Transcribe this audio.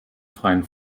freien